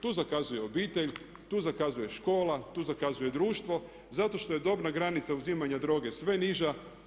Tu zakazuje obitelj, tu zakazuje škola, tu zakazuje društvo zato što je dobna granica uzimanja droge sve niža.